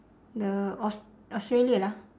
the aust~ australia lah